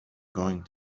going